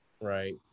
Right